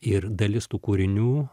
ir dalis tų kūrinių